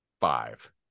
five